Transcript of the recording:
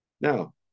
Now